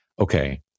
okay